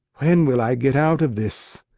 when will i get out of this?